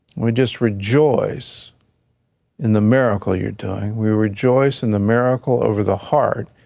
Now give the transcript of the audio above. we just rejoice in the miracle you're doing. we rejoice in the miracle over the heart,